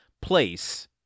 place